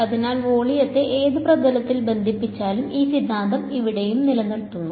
അതിനാൽ വോളിയത്തെ ഏത് പ്രതലങ്ങൾ ബന്ധിപ്പിച്ചാലും ഈ സിദ്ധാന്തം ഇവിടെയും നിലനിർത്തുന്നു